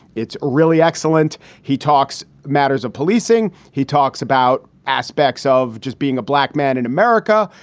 it's really excellent. he talks matters of policing. he talks about aspects of just being a black man in america.